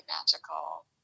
magical